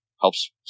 helps